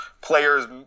players